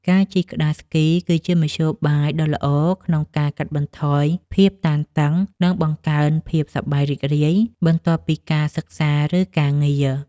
ការជិះក្ដារស្គី គឺជាមធ្យោបាយដ៏ល្អក្នុងការកាត់បន្ថយភាពតានតឹង និងបង្កើនភាពសប្បាយរីករាយបន្ទាប់ពីការសិក្សា ឬការងារ។